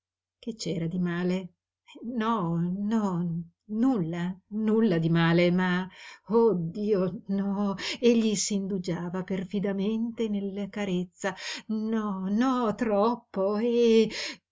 che c'era di male no no nulla nulla di male ma oh dio no egli s'indugiava perfidamente nella carezza no no troppo e